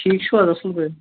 ٹھیٖک چھِو حظ اَصٕل پٲٹھۍ